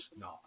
No